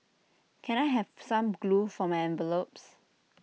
can I have some glue for my envelopes